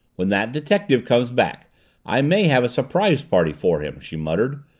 when that detective comes back i may have a surprise party for him, she muttered,